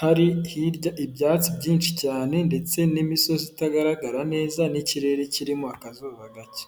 hari hirya ibyatsi byinshi cyane ndetse n'imisozi itagaragara neza n'ikirere kirimo akazuba gake.